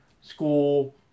school